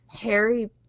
Harry